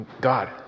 God